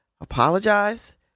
apologize